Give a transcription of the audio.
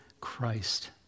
Christ